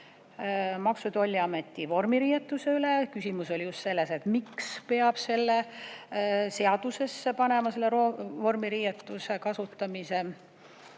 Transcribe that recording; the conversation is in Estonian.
Maksu- ja Tolliameti vormiriietuse üle – küsimus oli just selles, miks peab selle seadusesse panema, selle vormiriietuse kasutamise.